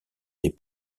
des